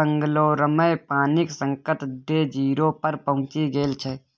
बंगलौरमे पानिक संकट डे जीरो पर पहुँचि गेल छै